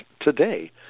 today